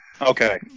Okay